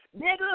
nigga